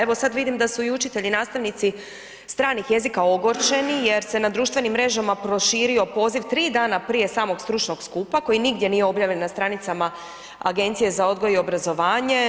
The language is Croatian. Evo sad vidim da su i učitelji i nastavnici stranih jezika ogorčeni jer se na društvenim mrežama proširio poziv 3 dana prije samog stručnog skupa koji nigdje nije objavljen na stranicama Agencije za odgoj i obrazovanje.